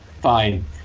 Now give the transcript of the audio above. fine